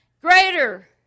Greater